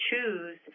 choose